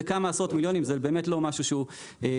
כמה עשרות מיליונים זה באמת לא משהו שהוא דרמטי.